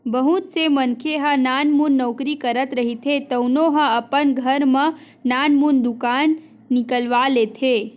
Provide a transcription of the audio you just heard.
बहुत से मनखे ह नानमुन नउकरी करत रहिथे तउनो ह अपन घर म नानमुन दुकान निकलवा लेथे